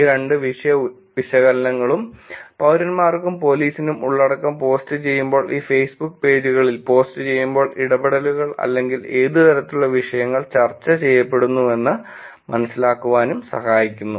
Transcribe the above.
ഈ രണ്ട് വിഷയ വിശകലനങ്ങളും പൌരന്മാർക്കും പോലീസിനും ഉള്ളടക്കം പോസ്റ്റു ചെയ്യുമ്പോൾ ഈ ഫേസ്ബുക്ക് പേജുകളിൽ പോസ്റ്റുചെയ്യുമ്പോൾ ഇടപെടലുകൾ അല്ലെങ്കിൽ ഏത് തരത്തിലുള്ള വിഷയങ്ങൾ ചർച്ച ചെയ്യപ്പെടുന്നുവെന്ന് മനസ്സിലാക്കാൻ സഹായിക്കുന്നു